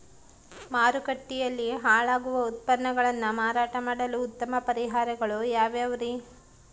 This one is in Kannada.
ಮಾರುಕಟ್ಟೆಯಲ್ಲಿ ಹಾಳಾಗುವ ಉತ್ಪನ್ನಗಳನ್ನ ಮಾರಾಟ ಮಾಡಲು ಉತ್ತಮ ಪರಿಹಾರಗಳು ಯಾವ್ಯಾವುರಿ?